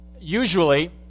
Usually